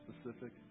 specific